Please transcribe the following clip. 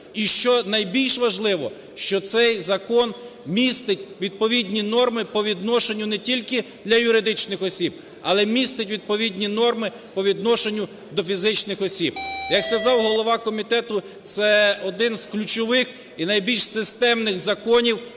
І що найбільш важливо, що цей закон містить відповідні норми по відношенню не тільки для юридичних осіб, але містить відповідні норми по відношенню до фізичних осіб. Як сказав голова комітету, це один з ключових і найбільш системних законів,